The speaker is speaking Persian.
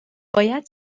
باید